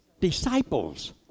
Disciples